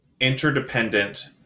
interdependent